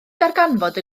darganfod